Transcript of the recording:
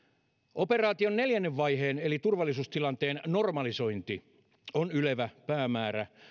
operaation neljännen vaiheen tavoite eli turvallisuustilanteen normalisointi on ylevä päämäärä